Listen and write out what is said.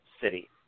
city